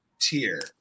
tier